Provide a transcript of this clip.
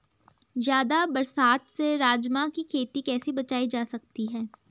ज़्यादा बरसात से राजमा की खेती कैसी बचायी जा सकती है?